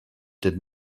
did